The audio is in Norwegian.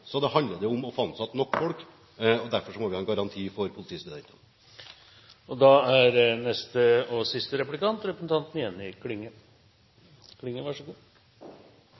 handler det om å få ansatt nok folk. Derfor må vi ha en garanti for politistudentene. Framstegspartiet og vi deler oppfatninga av at det er